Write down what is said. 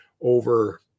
over